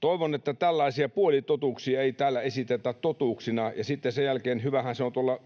Toivon, että tällaisia puolitotuuksia ei täällä esitetä totuuksina. Hyvähän se on sen jälkeen tuolla